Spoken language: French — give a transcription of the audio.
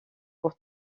pour